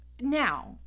now